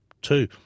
two